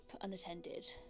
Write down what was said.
unattended